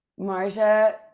marja